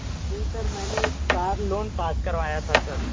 जी sir मैंने एक car loan pass करवाया था सर